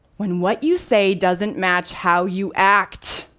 when what you say doesn't match how you act,